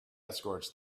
escorts